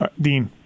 Dean